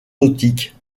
nautiques